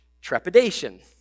trepidation